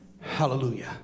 Hallelujah